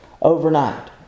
overnight